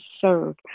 serve